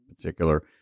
particular